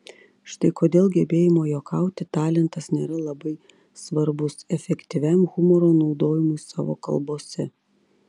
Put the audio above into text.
štai kodėl gebėjimo juokauti talentas nėra labai svarbus efektyviam humoro naudojimui savo kalbose